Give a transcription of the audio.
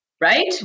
right